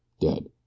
dead